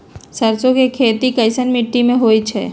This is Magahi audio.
सरसों के खेती कैसन मिट्टी पर होई छाई?